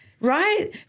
right